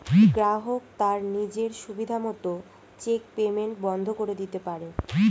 গ্রাহক তার নিজের সুবিধা মত চেক পেইমেন্ট বন্ধ করে দিতে পারে